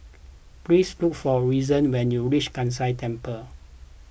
please look for reason when you reach Kai San Temple